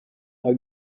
neu